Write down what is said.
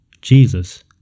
Jesus